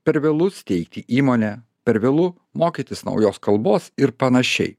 per vėlu steigti įmonę per vėlu mokytis naujos kalbos ir panašiai